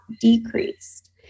decreased